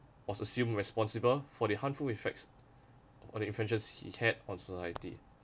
was assumed responsible for the harmful effects on the adventures he had on society